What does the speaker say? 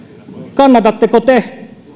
kannatatteko te